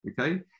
Okay